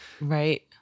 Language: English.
Right